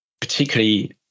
particularly